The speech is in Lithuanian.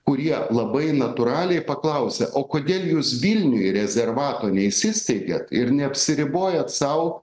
kurie labai natūraliai paklausia o kodėl jūs vilniuj rezervato neįsisteigiat ir neapsiribojat sau